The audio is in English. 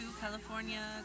California